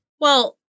Well-